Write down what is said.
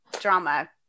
drama